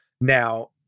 Now